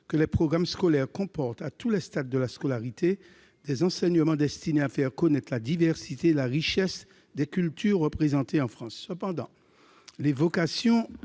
:« Les programmes scolaires comportent, à tous les stades de la scolarité, des enseignements destinés à faire connaître la diversité et la richesse des cultures représentées en France. » Cependant, l'évocation